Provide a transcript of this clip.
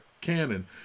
canon